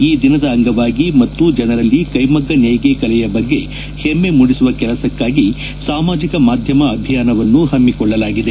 ಈ ದಿನದ ಅಂಗವಾಗಿ ಮತ್ತು ಜನರಲ್ಲಿ ಕೈಮಗ್ಗ ನೇಯ್ಗೆ ಕಲೆಯ ಬಗ್ಗೆ ಹೆಮ್ಮೆ ಮೂಡಿಸುವ ಕೆಲಸಕ್ಕಾಗಿ ಸಾಮಾಜಿಕ ಮಾಧ್ಯಮ ಅಭಿಯಾನವನ್ನು ಹಮ್ಮಿಕೊಳ್ಳಲಾಗಿದೆ